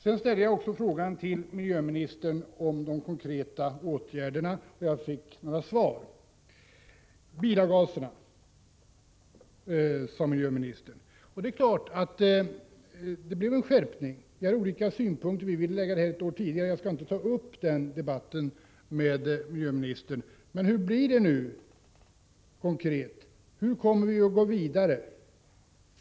Jag ställde också frågor till miljöministern om konkreta åtgärder och fick några svar. Miljöministern sade något om bilavgaserna. Givetvis blev det en skärpning. Vi hade visserligen olika synpunkter, och för vår del ville vi ha ikraftträdandet ett år tidigare, men jag skall inte ta upp den debatten nu med miljöministern. Dock: Hur blir det nu, konkret? Hur skall vi gå vidare?